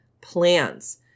plans